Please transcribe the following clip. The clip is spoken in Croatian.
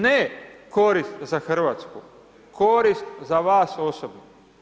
Ne korist za Hrvatsku, korist za vas osobno.